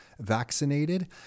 vaccinated